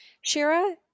shira